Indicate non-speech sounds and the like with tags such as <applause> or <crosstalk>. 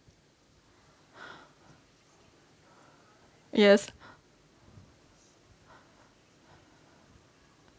<breath> yes <breath>